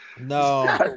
No